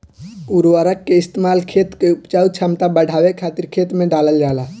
उर्वरक के इस्तेमाल खेत के उपजाऊ क्षमता के बढ़ावे खातिर खेत में डालल जाला